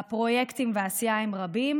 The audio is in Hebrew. הפרויקטים והעשייה הם רבים,